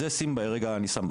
את זה אני שם רגע בצד,